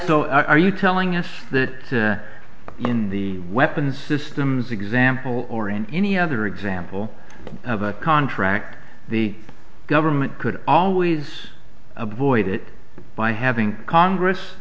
i are you telling us that in the weapons systems example or in any other example of a contract the government could always avoid it by having congress